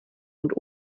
und